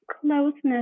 closeness